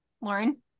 Lauren